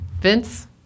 Vince